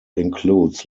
includes